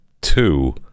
two